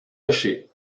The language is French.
lâché